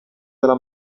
della